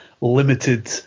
limited